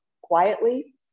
quietly